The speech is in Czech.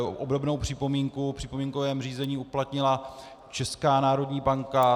Obdobnou připomínku v připomínkovém řízení uplatnila Česká národní banka.